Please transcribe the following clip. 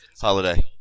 holiday